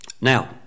Now